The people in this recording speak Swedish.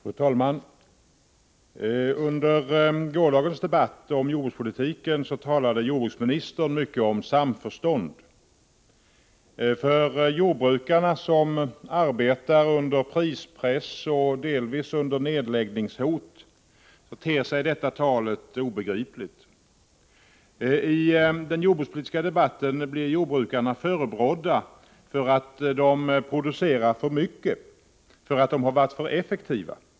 Fru talman! Under gårdagens debatt om jordbrukspolitiken talade jordbruksministern om samförstånd. För jordbrukarna, som arbetar under prispress och delvis under nedläggningshot, ter sig detta tal obegripligt. I den jordbrukspolitiska debatten blir jordbrukarna förebrådda för att de producerar för mycket, för att de varit alltför effektiva.